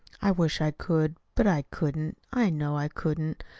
i wish i could. but i couldn't, i know i couldn't.